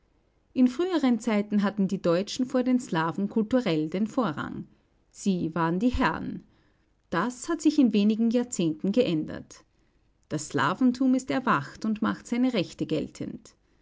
in früheren zeiten hatten die deutschen vor den slawen kulturell den vorrang sie waren die herren das hat sich in wenigen jahrzehnten geändert das slawentum ist erwacht und macht seine rechte geltend